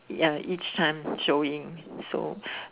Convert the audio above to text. ya each time showing so